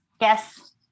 Yes